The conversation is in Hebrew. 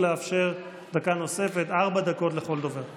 בושה, בושה, תודה רבה לחבר הכנסת רוטמן.